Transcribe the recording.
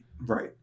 right